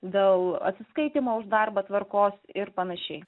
dėl atsiskaitymo už darbą tvarkos ir panašiai